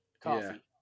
coffee